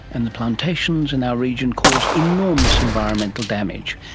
and the plantations in our region cause enormous environmental damage,